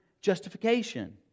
justification